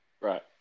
Right